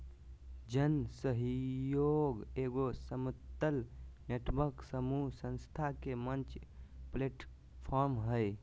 जन सहइोग एगो समतल नेटवर्क समूह संस्था के मंच प्लैटफ़ार्म हइ